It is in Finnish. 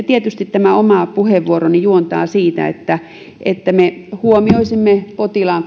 tietysti tämä oma puheenvuoroni juontaa siitä että että me huomioisimme potilaan